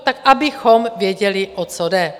Tak abychom věděli, o co jde.